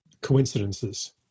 coincidences